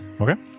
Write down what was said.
Okay